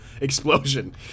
explosion